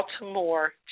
Baltimore